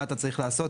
מה אתה צריך לעשות?